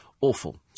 Awful